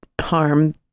Harm